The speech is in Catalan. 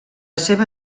seva